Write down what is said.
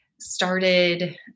started